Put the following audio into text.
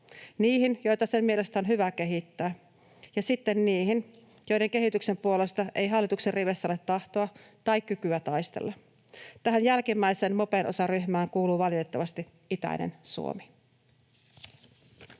niihin, joita sen mielestä on hyvä kehittää, ja sitten niihin, joiden kehityksen puolesta ei hallituksen riveissä ole tahtoa tai kykyä taistella. Tähän jälkimmäiseen mopenosaryhmään kuuluu valitettavasti itäinen Suomi.